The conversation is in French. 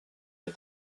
les